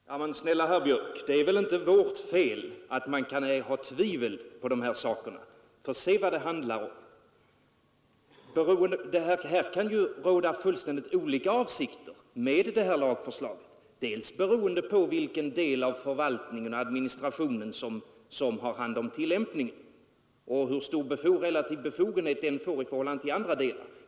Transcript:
Herr talman! Ja men, snälla herr Björk i Göteborg, det är väl inte vårt fel att man kan hysa tvivel om dessa saker. Se vad det hela handlar om! Det kan finnas fullständigt olika avsikter med detta lagförslag, bl.a. beroende på vilken del av förvaltning och administration som har hand om tillämpningen och hur stor relativ befogenhet den får i förhållande till andra delar.